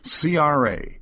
CRA